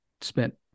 spent